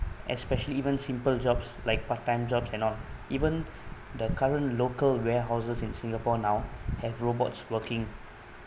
especially even simple jobs like part time job cannot even the current local warehouses in singapore now have robots working